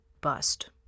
bust